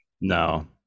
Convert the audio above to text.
No